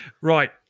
Right